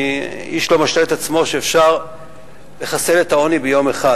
איש לא משלה את עצמו שאפשר לחסל את העוני ביום אחד.